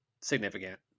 significant